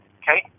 okay